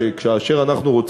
משרד התקשורת סבור היום,